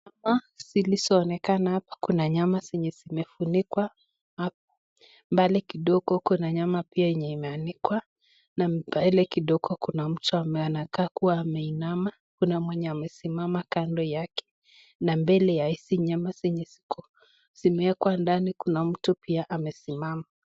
Zilizooneka hapa kuna nyama yenye zimefunikwa mbali kidogo kuna nyama pia zimeanikwa na mbele kidogo kuna mtu anaonekana ameinama na mwenye amesimama kando yake na mbele ya hizo nyama zimeekwa ndani kuna mtu pia amesimama.